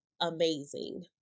amazing